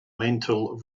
mental